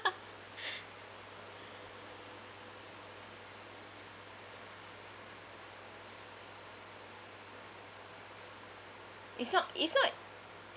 it's not it's not